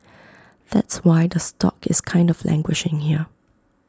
that's why the stock is kind of languishing here